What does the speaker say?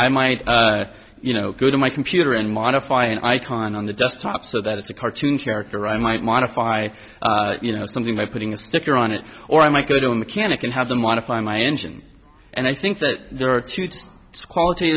i might you know good in my computer and modify an icon on the desktop so that it's a cartoon character i might modify you know something by putting a sticker on it or i might go to a mechanic and have them modify my engine and i think that there are two qualit